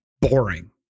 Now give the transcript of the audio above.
boring